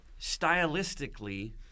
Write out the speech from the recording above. stylistically